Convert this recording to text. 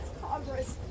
Congress